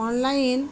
online